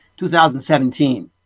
2017